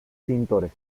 pintores